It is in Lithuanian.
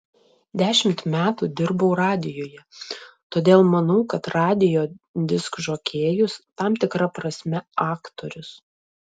dešimt metų dirbau radijuje todėl manau kad radijo diskžokėjus tam tikra prasme aktorius